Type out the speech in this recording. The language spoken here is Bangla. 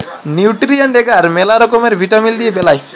নিউট্রিয়েন্ট এগার ম্যালা রকমের ভিটামিল দিয়ে বেলায়